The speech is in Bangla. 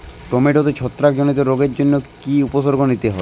টমেটোতে ছত্রাক জনিত রোগের জন্য কি উপসর্গ নিতে হয়?